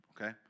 okay